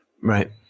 right